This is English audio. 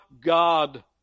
God